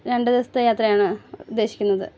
രണ്ട് ദിവസത്തെ യാത്രയാണ് ഉദ്ദേശിക്കുന്നത്